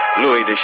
Louis